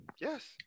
Yes